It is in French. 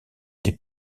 des